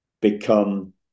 become